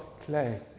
clay